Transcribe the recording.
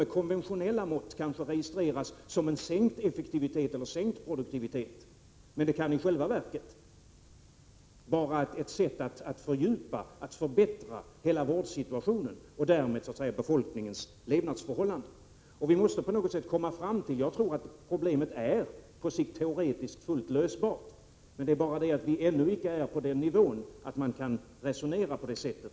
Med konventionella mått skulle det kanske registreras som sänkt effektivitet eller sänkt produktivitet. Men i själva verket kan det vara ett sätt att fördjupa och förbättra hela vårdsituationen och därmed befolkningens levnadsförhållanden. Jag tror att problemet på sikt är fullt möjligt att lösa, men vi befinner oss ännu inte på den nivå där det går att resonera på det sättet.